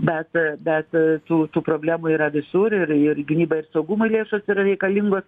bet bet tų tų problemų yra visur ir ir gynyba ir saugumui lėšos yra reikalingos